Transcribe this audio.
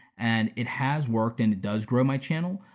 and it has worked, and it does grow my channel,